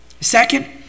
Second